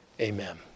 amen